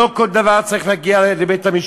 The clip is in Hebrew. לא כל דבר צריך להגיע לבית-המשפט.